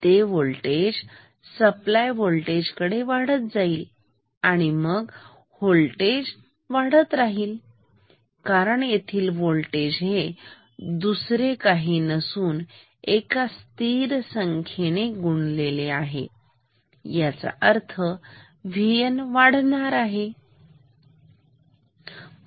ते voltage supply voltage कडे वाढत जाईल आणि मग वोल्टेज वाढत राहीलकारण येथील व्होल्टेज हे दुसरे काही नसून एका स्थिर संख्येने गुणलेले आहे याचा अर्थ VN वाढणार आहे